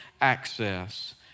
access